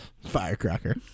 Firecracker